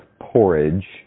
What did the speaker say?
porridge